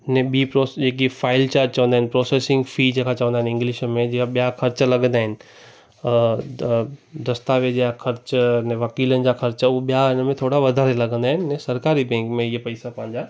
अने ॿी पोस जेकी फाइल चार्ज चवंदा आहिनि प्रोसेसिंग फी जेका चवंदा आहिनि इंग्लिश में जीअं ॿिया ख़र्च लॻंदा आहिनि त दस्तावेज़ जा ख़र्च अने वकीलनि जा ख़र्च उहे ॿिया इन में थोरा वधारे लॻंदा आहिनि अने सरकारी बैंक में ईअं पैसा पंहिंजा